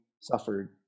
suffered